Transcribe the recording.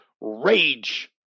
rage